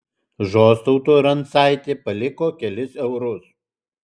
žostautui rancaitė paliko kelis eurus